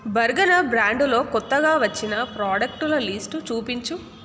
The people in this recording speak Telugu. బర్గన బ్రాండులో కొత్తగా వచ్చిన ప్రోడక్టుల లిస్ట్ చూపించు